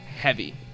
heavy